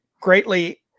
greatly